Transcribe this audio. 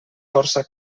força